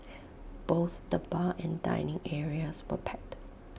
both the bar and dining areas were packed